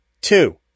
two